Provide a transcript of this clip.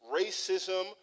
racism